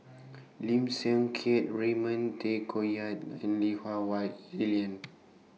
Lim Siang Keat Raymond Tay Koh Yat and Lui Hah Wah Elen